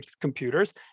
computers